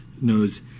knows